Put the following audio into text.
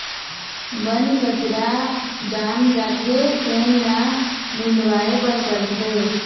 बन कचरा जाम जाथे तेन ल निंदवाए बर परथे